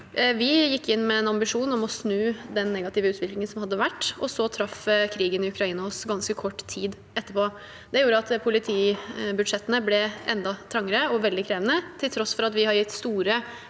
Vi gikk inn med en ambisjon om å snu den negative utviklingen som hadde vært, og så traff krigen i Ukraina oss ganske kort tid etterpå. Det gjorde at politibudsjettene ble enda trangere og veldig krevende, til tross for at vi har gitt store